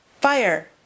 fire